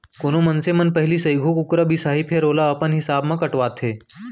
कोनो मनसे मन पहिली सइघो कुकरा बिसाहीं फेर ओला अपन हिसाब म कटवाथें